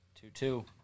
Two-two